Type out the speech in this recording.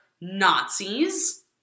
Nazis